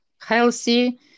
healthy